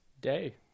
Day